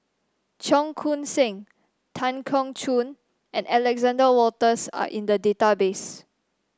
Cheong Koon Seng Tan Keong Choon and Alexander Wolters are in the database